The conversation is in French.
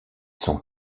sont